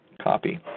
Copy